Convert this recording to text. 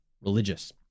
Religious